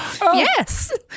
yes